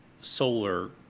solar